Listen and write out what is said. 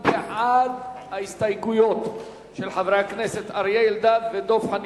הוא בעד ההסתייגויות של חברי הכנסת אריה אלדד ודב חנין,